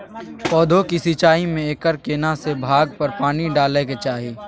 पौधों की सिंचाई में एकर केना से भाग पर पानी डालय के चाही?